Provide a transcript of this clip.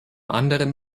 anderen